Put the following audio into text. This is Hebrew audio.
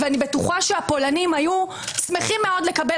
ואני בטוחה שהפולנים היו שמחים מאוד לקבל